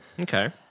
Okay